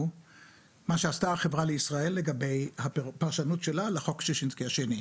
הוא מה שעשתה החברה לישראל לגבי הפרשנות שלה לחוק ששינסקי השני.